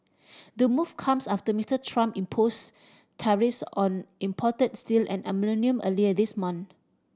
the move comes after Mister Trump imposed tariffs on imported steel and aluminium earlier this month